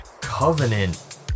Covenant